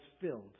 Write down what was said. filled